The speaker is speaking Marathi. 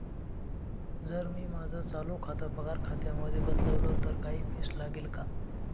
जर मी माझं चालू खातं पगार खात्यामध्ये बदलवल, तर काही फी लागेल का?